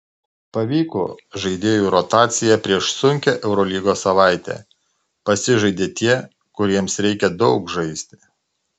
pavyko žaidėjų rotacija prieš sunkią eurolygos savaitę pasižaidė tie kuriems reikia daug žaisti